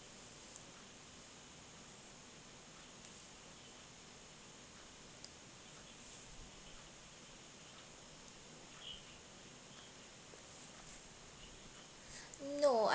no I